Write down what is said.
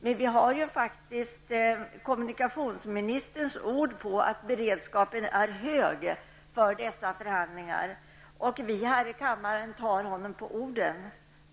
Men vi har faktiskt kommunikationsministerns ord på att beredskapen är hög för denna förhandling, och vi här i kammaren tar honom på orden.